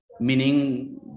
meaning